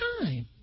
time